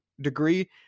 degree